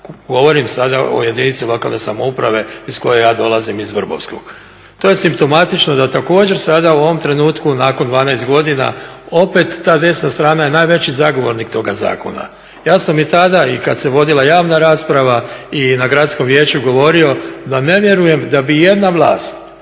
Govorim sada o jedinici lokalne samouprave iz koje ja dolazim, iz Vrbovskog. To je simptomatično da također sada u ovom trenutku nakon 12 godina opet ta desna strana je najveći zagovornik toga zakona. Ja sam i tada i kad se vodila javna rasprava i na gradskom vijeću govorio da ne vjerujem da bi ijedna vlast